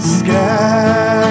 sky